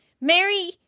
Mary